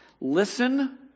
Listen